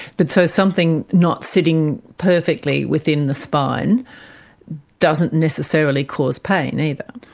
but so something not sitting perfectly within the spine doesn't necessarily cause pain, either.